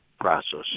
process